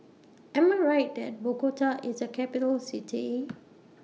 Am I Right that Bogota IS A Capital City